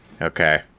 Okay